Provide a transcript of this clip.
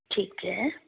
ਠੀਕ ਹੈ